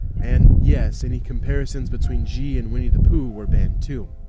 and yes, any comparisons between xi and winnie the pooh were banned too